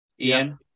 Ian